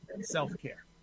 self-care